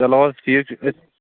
چلو حظ ٹھیٖکھ چھُ تیٚلہِ